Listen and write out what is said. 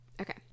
Okay